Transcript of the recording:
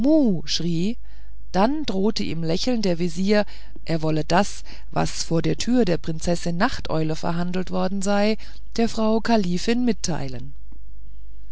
dann drohte ihm lächelnd der vezier er wolle das was vor der türe der prinzessin nachteule verhandelt worden sei der frau kalifin mitteilen